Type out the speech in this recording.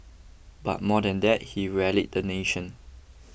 but more than that he rallied the nation